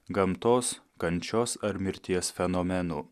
gamtos kančios ar mirties fenomenų